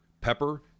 pepper